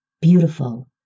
beautiful